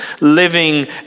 living